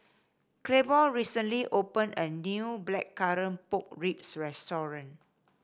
Claiborne recently opened a new Blackcurrant Pork Ribs restaurant